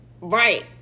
Right